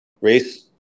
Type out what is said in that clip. race